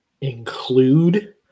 include